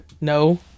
No